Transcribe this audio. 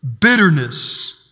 bitterness